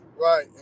Right